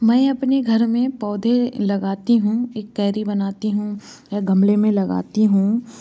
मैं अपने घर में पौधे लगाती हूँ एक क्यारी बनाती हूँ या गमले में लगाती हूँ